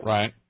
Right